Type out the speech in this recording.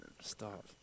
Stop